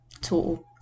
tool